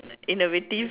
innovative